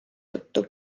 tõttu